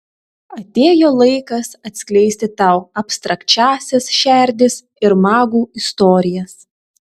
atėjo laikas atskleisti tau abstrakčiąsias šerdis ir magų istorijas